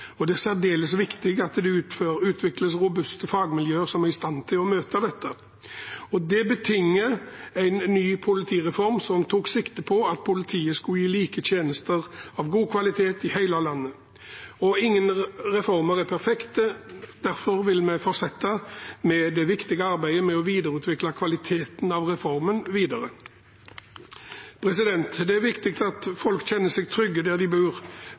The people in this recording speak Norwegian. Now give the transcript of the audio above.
og det er særdeles viktig at det utvikles robuste fagmiljøer som er i stand til å møte dette. Det betinget en ny politireform som tok sikte på at politiet skulle gi like tjenester av god kvalitet i hele landet. Ingen reformer er perfekte, og derfor vil vi fortsette det viktige arbeidet med å videreutvikle kvaliteten i reformen. Det er viktig at folk kjenner seg trygge der de bor.